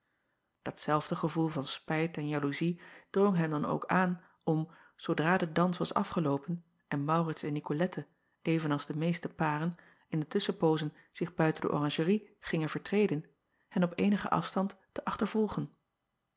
atzelfde gevoel van spijt en jaloezie drong hem dan ook aan om zoodra de dans was afgeloopen en aurits en icolette even als de meeste paren in de tusschenpoozen zich buiten de oranjerie gingen vertreden hen op eenigen afstand te achtervolgen